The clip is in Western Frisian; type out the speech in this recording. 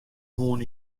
hân